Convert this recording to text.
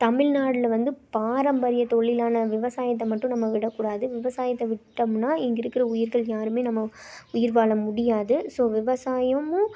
தமிழ்நாட்டுல வந்து பாரம்பரிய தொழிலான விவசாயத்தை மட்டும் நம்ம விட கூடாது விவசாயத்தை விட்டுட்டோம்னா இங்கே இருக்கிற உயிர்கள் யாரும் நம்ம உயிர் வாழ முடியாது ஸோ விவசாயமும்